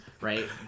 right